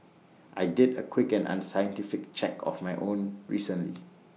I did A quick and unscientific check of my own recently